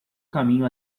caminho